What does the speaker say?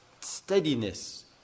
steadiness